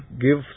give